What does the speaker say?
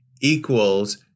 equals